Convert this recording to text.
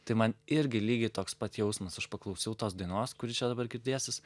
tai man irgi lygiai toks pat jausmas aš paklausiau tos dainos kuri čia dabar girdėsis